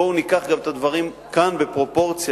בואו ניקח גם את הדברים כאן בפרופורציה,